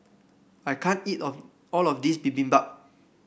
I can't eat of all of this Bibimbap